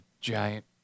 giant –